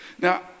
Now